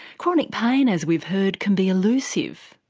chronic pain, as we've heard, can be elusive.